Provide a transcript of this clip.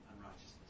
unrighteousness